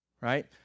right